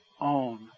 own